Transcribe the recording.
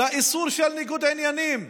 לאיסור של ניגוד עניינים?